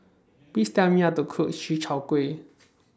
Please Tell Me How to Cook Chi Kak Kuih